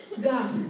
God